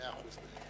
מאה אחוז.